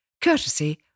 courtesy